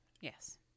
yes